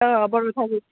औ आब' रुफालि